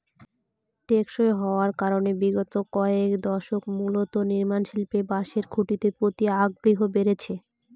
টেকসই হওয়ার কারনে বিগত কয়েক দশক ধরে মূলত নির্মাণশিল্পে বাঁশের খুঁটির প্রতি আগ্রহ বেড়েছে